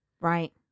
right